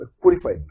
qualified